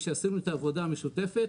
שעשינו את העבודה המשותפת,